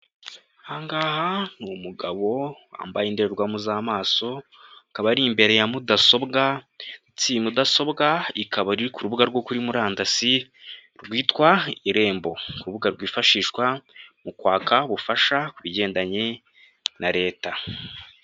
Ahangaha ni umugabo wambaye indorerwamo z'amaso, akaba ari imbere ya mudasobwa ndetse iyi mudasobwa ikaba iri ku rubuga rwo kuri murandasi rwitwa Irembo, urubuga rwifashishwa mu kwaka ubufasha ku bigendanye na Leta.